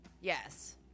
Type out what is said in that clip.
Yes